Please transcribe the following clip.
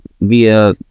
via